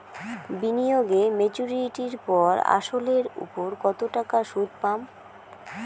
বিনিয়োগ এ মেচুরিটির পর আসল এর উপর কতো টাকা সুদ পাম?